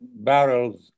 barrels